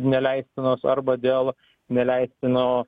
neleistinos arba dėl neleistino